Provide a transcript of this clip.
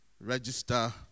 register